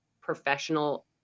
professional